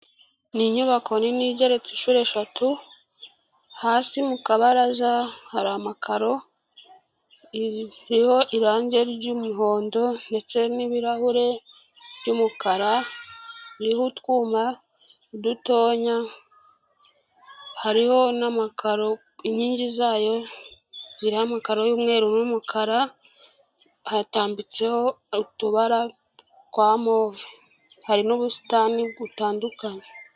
Ni inyubako nini igereretse inshuro eshatu hasi mu kabaraza hari amakaro, iriho irangi ry'imihondo ndetse n'ibirahure by'umukara, iriho utwuma dutonya hariho n'amakaro inkingi zayo ziriho amakaro y'umweru n'umukara, hatambitseho utubara twa move, hari n'ubusitani butandukanye.